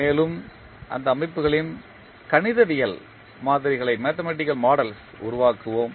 மேலும் அந்த அமைப்புகளின் கணிதவியல் மாதிரிகளை உருவாக்குவோம்